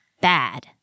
Bad